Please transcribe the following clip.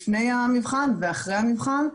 לפני המבחן ואחרי המבחן.